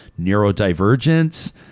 neurodivergence